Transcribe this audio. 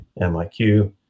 MIQ